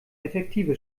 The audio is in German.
effektive